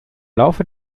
laufe